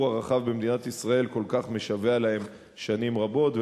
הרחב במדינת ישראל כל כך משווע להם שנים רבות.